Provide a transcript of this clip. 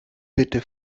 bitte